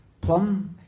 plum